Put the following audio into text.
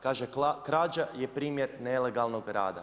Kaže krađa je primjer nelegalnog rada.